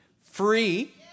free